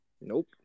Nope